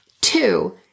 Two